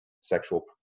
sexual